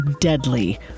deadly